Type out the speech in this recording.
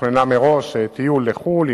שתוכננה מראש, טיול לחו"ל.